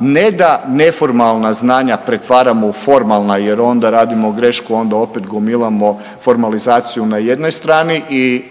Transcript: ne da neformalna znanja pretvaramo u formalna jer onda radimo grešku onda opet gomilamo formalizaciju na jednoj strani i